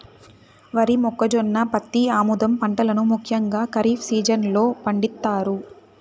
వరి, మొక్కజొన్న, పత్తి, ఆముదం పంటలను ముఖ్యంగా ఖరీఫ్ సీజన్ లో పండిత్తారు